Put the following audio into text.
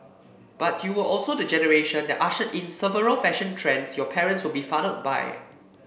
but you were also the generation that ushered in several fashion trends your parents were befuddled by